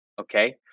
Okay